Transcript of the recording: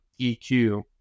EQ